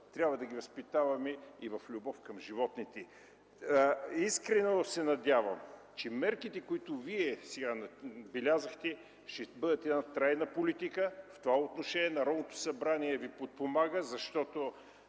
трябва да го възпитаваме и в любов към животните. Искрено се надявам, че мерките, които Вие сега набелязахте, ще бъдат трайна политика. В това отношение Народното събрание Ви подпомага, защото